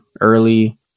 early